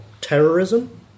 Terrorism